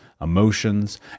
emotions